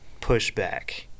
pushback